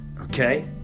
okay